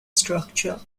structure